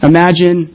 Imagine